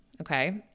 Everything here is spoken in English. Okay